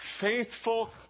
Faithful